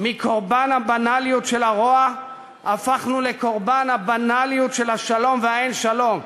מקורבן הבנאליות של הרוע הפכנו לקורבן הבנאליות של השלום והאין-שלום.